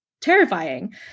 terrifying